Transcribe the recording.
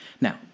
Now